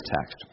text